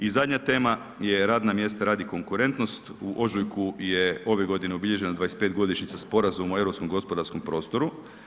I zadnja tema je radna mjesta radi konkurentnost, u ožujku je ove godine obilježena 25. godišnjica Sporazuma o europskom gospodarskom prostoru.